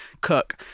cook